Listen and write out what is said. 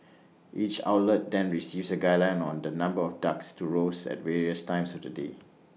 each outlet then receives A guideline on the number of ducks to roast at various times of the day